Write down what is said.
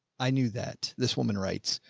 i knew that this woman writes,